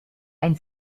ein